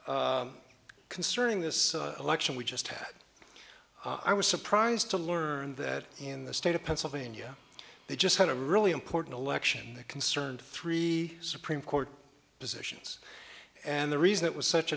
question concerning this election we just had i was surprised to learn that in the state of pennsylvania they just had a really important election concerned three supreme court positions and the reason it was such